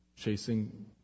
Chasing